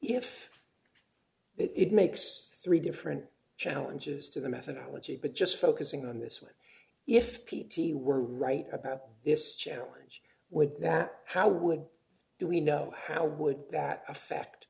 if it makes three different challenges to the methodology but just focusing on this one if p t were right about this challenge would that how would do we know how would that affect